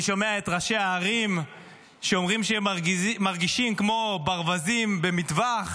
אני שומע את ראשי הערים שאומרים שהם מרגישים כמו ברווזים במטווח.